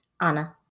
Anna